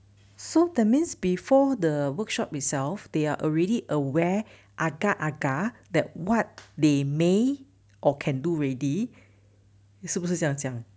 so that means before the workshop itself they are already aware agak agak that what they may or can do already 是不是这样讲